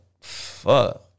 fuck